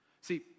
See